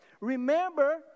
Remember